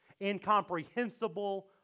Incomprehensible